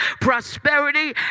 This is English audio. prosperity